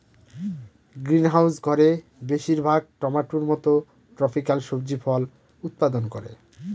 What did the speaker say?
greenhouse ঘরে বেশির ভাগ টমেটোর মত ট্রপিকাল সবজি ফল উৎপাদন করে